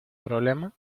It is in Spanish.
problema